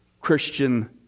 Christian